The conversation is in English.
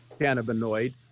cannabinoid